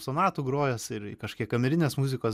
sonatų grojęs ir kažkiek kamerinės muzikos